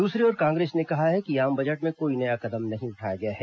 दूसरी ओर कांग्रेस ने कहा है कि आम बजट में कोई नया कदम नहीं उठाया गया है